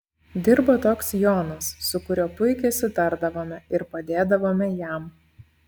dirbo toks jonas su kuriuo puikiai sutardavome ir padėdavome jam